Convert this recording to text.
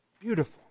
beautiful